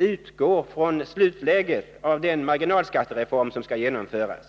utgår från slutläget av den marginalskattereform som skall genomföras.